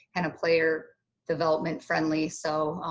kind of player development friendly. so